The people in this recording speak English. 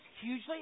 hugely